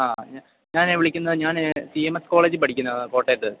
ആ ഞാൻ വിളിക്കുന്നത് ഞാൻ സി എം എസ് കോളേജിൽ പഠിക്കുന്നതാണ് കോട്ടയത്ത്